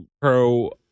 pro